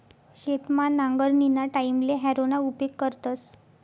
शेतमा नांगरणीना टाईमले हॅरोना उपेग करतस